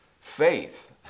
Faith